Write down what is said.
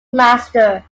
master